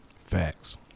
Facts